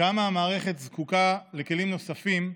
כמה המערכת זקוקה לכלים נוספים,